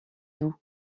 doux